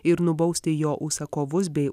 ir nubausti jo užsakovus bei